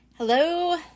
Hello